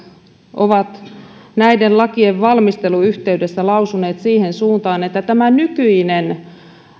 ovat näiden lakien valmistelun yhteydessä lausuneet siihen suuntaan että tämä nykyinen